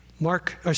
Mark